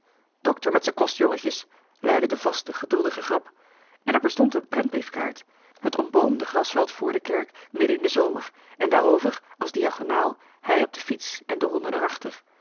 dokter met z'en kostjongetjes luidde de vaste geduldige grap en er bestond een prentbriefkaart t omboomde grasveld vr de kerk midden in den zomer en daarover als diagonaal hij op de fiets en de honden